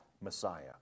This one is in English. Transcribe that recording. Messiah